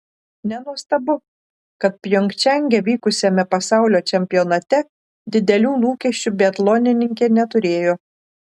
nenuostabu kad pjongčange vykusiame pasaulio čempionate didelių lūkesčių biatlonininkė neturėjo